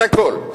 את הכול,